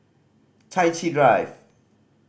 Chai Chee Drive